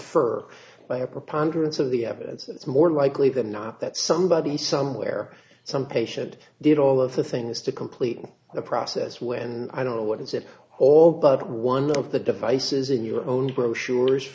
er by a preponderance of the evidence that it's more likely than not that somebody somewhere some patient did all of the things to complete the process when i don't know what is it all but one of the devices in your own brochures